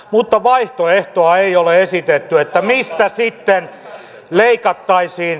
mutta vaihtoehtoa ei ole esitetty mistä sitten leikattaisiin